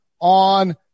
on